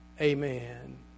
Amen